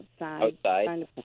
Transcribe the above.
outside